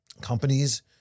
companies